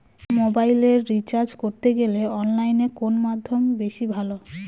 মোবাইলের রিচার্জ করতে গেলে অনলাইনে কোন মাধ্যম বেশি ভালো?